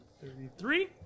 Thirty-three